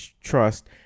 trust